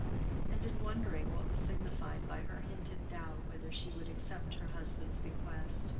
and in wondering what was signified by her hinted doubt whether she would accept her husband's bequest.